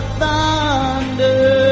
thunder